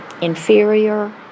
inferior